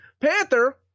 Panther